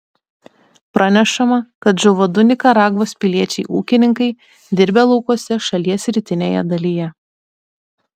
pranešama kad žuvo du nikaragvos piliečiai ūkininkai dirbę laukuose šalies rytinėje dalyje